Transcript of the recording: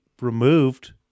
removed